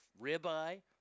Ribeye